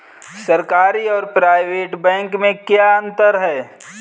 सरकारी और private bank में क्या अंतर है?